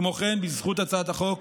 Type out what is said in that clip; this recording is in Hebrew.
כמו כן, בזכות הצעת החוק